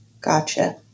Gotcha